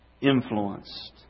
influenced